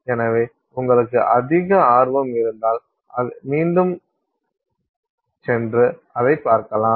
எனவே உங்களுக்கு அதிக ஆர்வம் இருந்தால் மீண்டும்சென்று அதைப் பார்க்கலாம்